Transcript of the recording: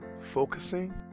focusing